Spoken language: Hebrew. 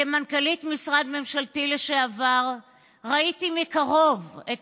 כמנכ"לית משרד ממשלתי לשעבר ראיתי מקרוב את